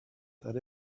that